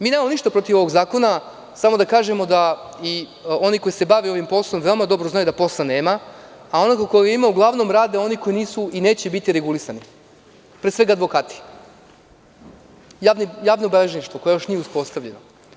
Mi nemamo ništa protiv ovog zakona samo da kažemo da i oni koji se bave ovim poslom veoma dobro znaju da posla nema, a oni koji ga imaju uglavnom ga rade oni koji nisu i neće biti regulisani, pre svega advokati, javno beležništvo koje još nije uspostavljeno.